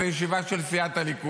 זו ישיבה של סיעת הליכוד.